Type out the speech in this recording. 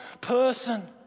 person